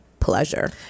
pleasure